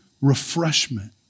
refreshment